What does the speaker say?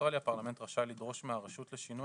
שבאוסטרליה הפרלמנט רשאי לדרוש מהרשות לשינוי